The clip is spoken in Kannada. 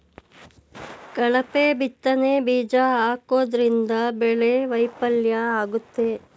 ಕಳಪೆ ಬಿತ್ತನೆ ಬೀಜ ಹಾಕೋದ್ರಿಂದ ಬೆಳೆ ವೈಫಲ್ಯ ಆಗುತ್ತೆ